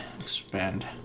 expand